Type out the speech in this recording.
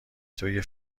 توی